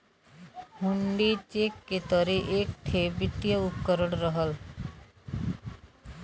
हुण्डी cheque के तरे एक ठे वित्तीय उपकरण रहल